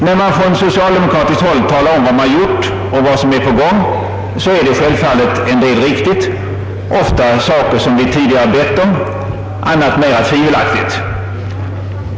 När man från socialdemokratiskt håll talar om vad man har gjort och vad som är på gång är självfallet en del riktigt, ofta saker som vi tidigare har bett om, annat mera tvivelaktigt.